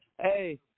Hey